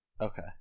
okay